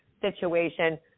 situation